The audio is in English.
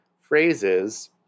phrases